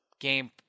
game